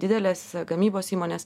didelės gamybos įmonės